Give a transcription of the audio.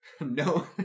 No